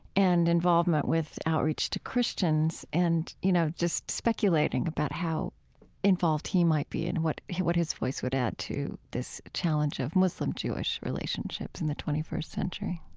and involvement with outreach to christians and, you know, just speculating about how involved he might be and what what his voice would add to this challenge of muslim-jewish relationships in the twenty first century.